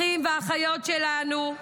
אחים ואחיות שלנו,